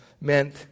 meant